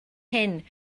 hyn